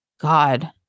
God